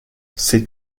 c’est